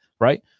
right